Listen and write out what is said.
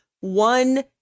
one